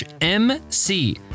mc